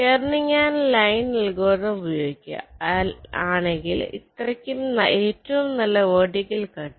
കേരനിങ്ങാൻ line algorithm ഉപയോഗിക്കുക ആണെങ്കിൽ ഇത്രയ്ക്കും ഏറ്റവും നല്ല വെർട്ടിക്കൽ കട്ട്